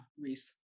Reese